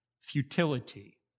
Futility